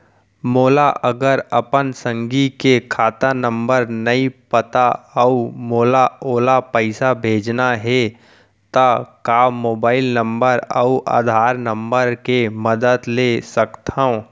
मोला अगर अपन संगी के खाता नंबर नहीं पता अऊ मोला ओला पइसा भेजना हे ता का मोबाईल नंबर अऊ आधार नंबर के मदद ले सकथव?